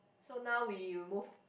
so now we move